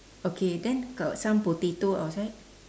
okay then got some potato outside